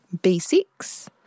B6